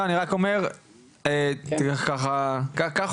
אז אנחנו מציגים במאמר שאנחנו נותנים שם את